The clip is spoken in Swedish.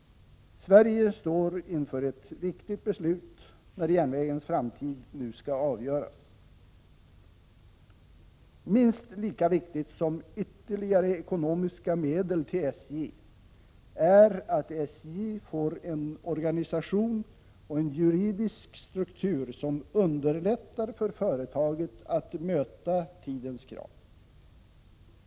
Sverige står inför ett viktigt beslut när järnvägens framtid nu skall avgöras. Minst lika viktigt som ytterligare ekonomiska medel till SJ är att SJ får en organisation och en juridisk struktur som underlättar för företaget att möta tidens krav.